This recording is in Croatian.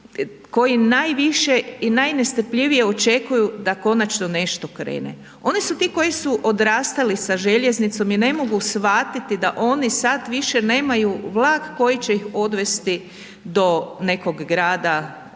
koji najviše i najnestrpljivije očekuju da konačno nešto krene, oni su ti koji su odrastali sa željeznicom i ne mogu shvatiti da oni sad više nemaju vlak koji će ih odvesti do nekog grada,